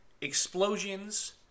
explosions